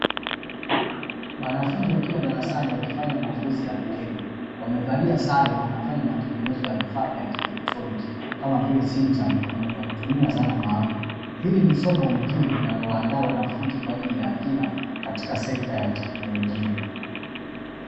Wanafunzi wakiwa darasani wakifanya mazoezi ya vitendo, wamevalia sare na wanafanya matengenezo ya vifaa vya kielektroniki kama vile simu za mkononi wakitumia dhana maalumu, hili ni somo muhimu linalowaandaa wanafunzi kwa ajili ya ajira katika sekta ya kiteknolojia.